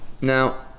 Now